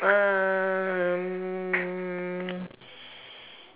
uh mm